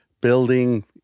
building